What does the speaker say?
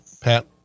Pat